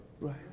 Right